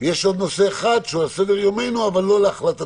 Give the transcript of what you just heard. יש עוד נושא אחד שהוא על סדר-יומנו אבל הוא לא להחלטתנו.